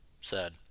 Sad